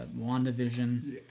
WandaVision